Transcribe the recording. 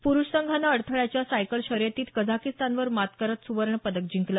प्रुष संघानं अडथळ्याच्या सायकल शर्यतीत कझाकीस्तान वर मात करत सुवर्ण पदक जिंकलं